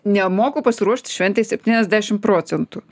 nemoku pasiruošt šventei septyniasdešim procentų